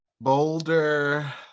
Boulder